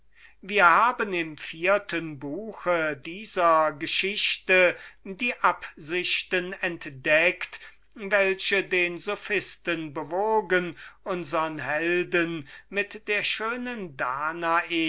wir haben im vierten buche dieser geschichte die absichten entdeckt welche den sophisten bewogen hatten unsern helden mit der schönen danae